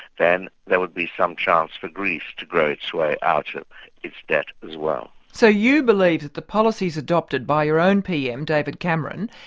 then there would be some chance for greece to grow its way out of its debt as well. so you believe that the policies adopted by your own pm, david cameron,